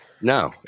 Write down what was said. no